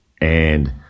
And-